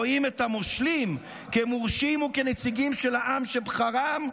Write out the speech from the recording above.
רואים את 'המושלים' כמורשים וכנציגים של העם שבחרם,